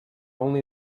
only